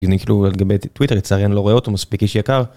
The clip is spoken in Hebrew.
כי זה אני כאילו לגבי טוויטר לצערי אני לא רואה אותו מספיק איש יקר